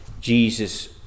Jesus